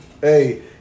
hey